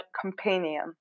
companion